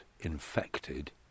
infected